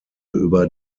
über